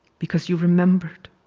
because you remembered,